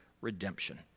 redemption